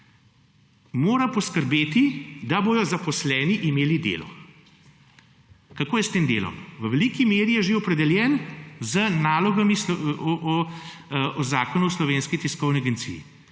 Mora poskrbeti, da bojo zaposleni imeli delo. Kako je s tem delom? V veliki meri je že opredeljen z nalogami v Zakonu o Slovenski tiskovni agenciji.